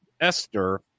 Esther